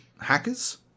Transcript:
hackers